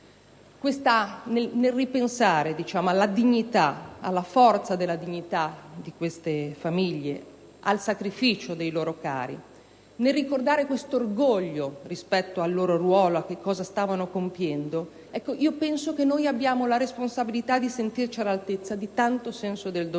Nel ripensare alla dignità e alla forza di queste famiglie, al sacrificio dei loro cari, nel ricordare questo orgoglio rispetto a loro ruolo e a quello che stavano compiendo, io penso che noi abbiamo la responsabilità di sentirci all'altezza di tanto senso del dovere